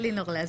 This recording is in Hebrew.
הכנסת.